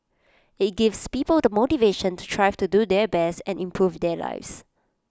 IT gives people the motivation to strive to do their best and improve their lives